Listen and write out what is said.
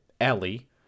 Ellie